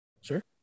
sure